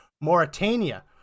Mauritania